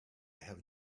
have